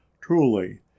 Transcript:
Truly